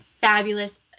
fabulous